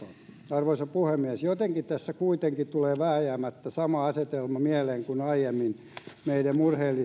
arvoisa puhemies jotenkin tässä kuitenkin tulee vääjäämättä sama asetelma mieleen kuin aiemmin meidän murheellisessa